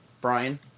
Brian